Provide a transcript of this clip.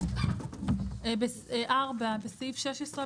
"(4)בסעיף 16,